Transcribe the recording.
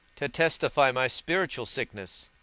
to testify my spiritual sickness?